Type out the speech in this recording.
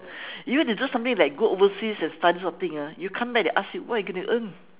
you deserve something like go overseas and study this kind of thing ah you come back they ask you what you going to earn